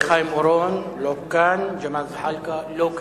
חיים אורון, לא כאן, ג'מאל זחאלקה, לא כאן.